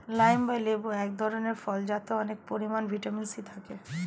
lime বা লেবু এক ধরনের ফল যাতে অনেক পরিমাণে ভিটামিন সি থাকে